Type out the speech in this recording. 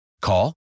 Call